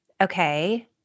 Okay